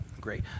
great